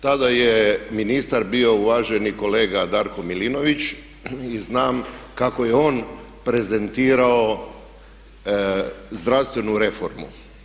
Tada je ministar bio uvaženi kolega Darko Milinović i znam kako je on prezentirao zdravstvenu reformu.